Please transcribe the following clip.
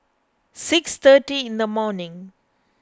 six thirty in the morning